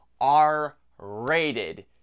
r-rated